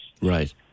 Right